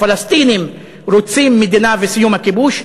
הפלסטינים רוצים מדינה וסיום הכיבוש.